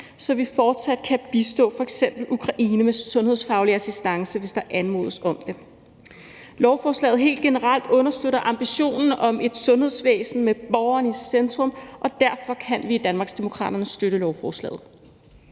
så vi fortsat kan bistå f.eks. Ukraine med sundhedsfaglig assistance, hvis der anmodes om det. Lovforslaget understøtter helt generelt ambitionen om et sundhedsvæsen med borgeren i centrum, og derfor kan vi i Danmarksdemokraterne støtte lovforslaget.